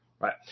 Right